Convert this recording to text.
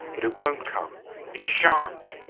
but it won't come it shan't!